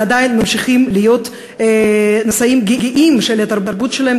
ועדיין ממשיכים להיות נשאים גאים של התרבות שלהם,